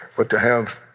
but to have,